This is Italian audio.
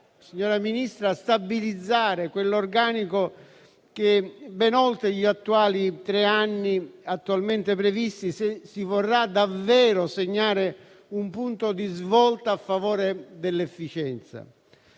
bisognerà stabilizzare quell'organico ben oltre i tre anni attualmente previsti se si vorrà davvero segnare un punto di svolta a favore dell'efficienza.